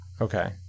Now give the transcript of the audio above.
Okay